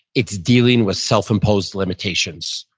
it's dealing with self-imposed limitations.